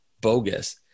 bogus